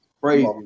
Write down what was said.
crazy